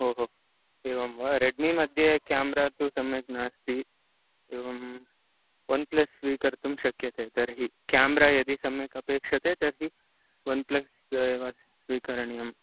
ओ हो एवं वा रेड्मि मध्ये क्याम्रा तु सम्यक् नास्ति एवम् वन् प्लस् स्वीकर्तुं शक्यते तर्हि क्याम्रा यदि सम्यक् अपेक्ष्यते तर्हि वन् प्लस् एव स्वीकरणीयं